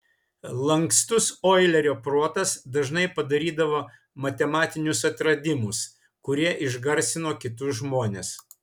lankstus oilerio protas dažnai padarydavo matematinius atradimus kurie išgarsino kitus žmones